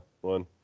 one